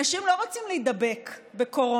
אנשים לא רוצים להידבק בקורונה,